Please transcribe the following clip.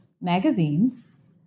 magazines